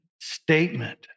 statement